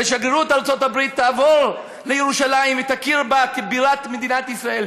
ושגרירות ארצות-הברית תעבור לירושלים והיא תכיר בה כבירת מדינת ישראל.